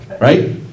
Right